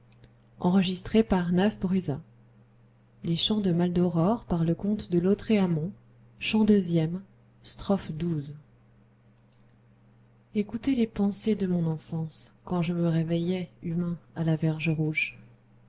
et capricieuses écoutez les pensées de mon enfance quand je me réveillais humains à la verge